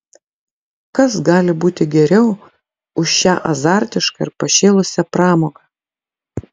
kas gali būti geriau už šią azartišką ir pašėlusią pramogą